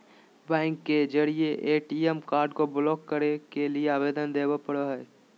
bank के जरिए ATM card को ब्लॉक करे के लिए आवेदन देबे पड़ो हइ